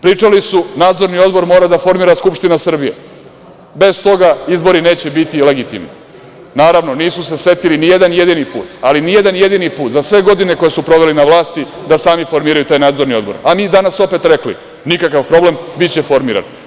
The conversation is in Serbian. Pričali su – nadzorni odbor mora da formira Skupština Srbije, bez toga izbori neće biti legitimni, naravno, nisu se setili nijedan jedini put, ali nijedan jedini put, za sve godine koje su proveli na vlasti da sami formiraju taj nadzorni odbor, a mi danas opet rekli – nikakav problem, biće formiran.